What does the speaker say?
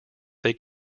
they